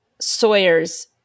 Sawyer's